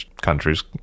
countries